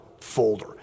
folder